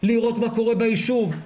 לראות מה קורה בישוב,